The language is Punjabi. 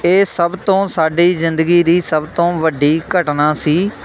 ਇਹ ਸਭ ਤੋਂ ਸਾਡੀ ਜ਼ਿੰਦਗੀ ਦੀ ਸਭ ਤੋਂ ਵੱਡੀ ਘਟਨਾ ਸੀ